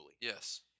Yes